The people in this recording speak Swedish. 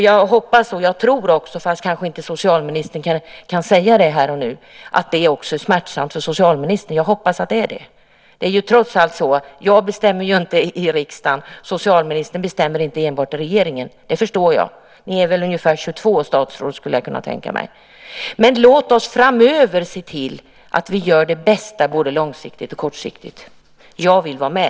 Jag hoppas och tror, fastän socialministern kanske inte kan säga det här och nu, att det också är smärtsamt för socialministern. Jag bestämmer inte ensam i riksdagen, socialministern bestämmer inte ensam i regeringen. Det förstår jag - ni är väl 22 statsråd. Men låt oss framöver se till att vi gör det bästa både långsiktigt och kortsiktigt. Jag vill vara med.